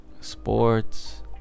sports